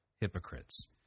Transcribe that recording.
hypocrites